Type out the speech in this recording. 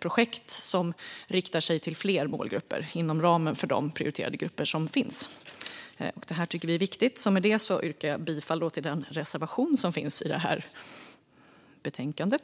projekt som riktar sig till fler målgrupper inom ramen för de prioriterade grupper som finns. Det tycker vi är viktigt. Med detta yrkar jag bifall till den reservation som finns i betänkandet.